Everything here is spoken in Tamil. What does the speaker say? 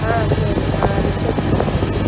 ஆ சரி நான் டிஸ்கஸ் பண்ணிட்டு சொல்கிறேன்